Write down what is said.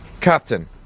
Captain